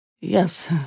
Yes